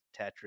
Tetris